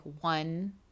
one